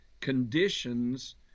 conditions